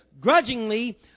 Grudgingly